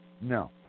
No